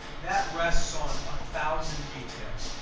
that rests on a thousand details.